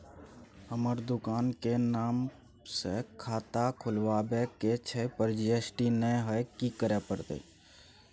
हमर दुकान के नाम से खाता खुलवाबै के छै पर जी.एस.टी नय हय कि करे परतै?